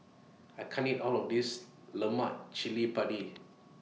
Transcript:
I can't eat All of This Lemak Cili Padi